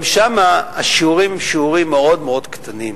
גם שם השיעורים הם שיעורים מאוד מאוד קטנים.